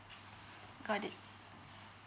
got it